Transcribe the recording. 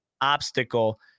obstacle